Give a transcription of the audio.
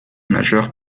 majeur